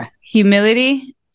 humility